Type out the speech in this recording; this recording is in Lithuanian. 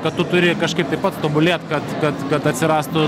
kad tu turi kažkaip tai pats tobulėt kad kad kad atsirastų